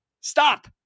Stop